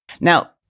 Now